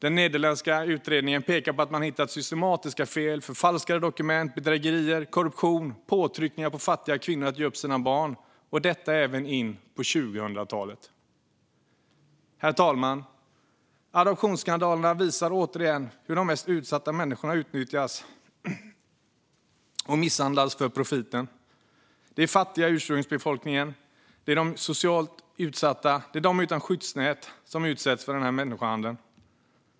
Den nederländska utredningen pekar på att man har hittat systematiska fel, förfalskade dokument, bedrägerier, korruption och påtryckningar på fattiga kvinnor att ge upp sina barn - och detta även in på 2000-talet. Herr talman! Adoptionsskandalerna visar återigen hur de mest utsatta människorna utnyttjas och misshandlas för profiten. Det är de fattiga, ursprungsbefolkningen och de utan socialt skyddsnät som utsatts för människohandeln.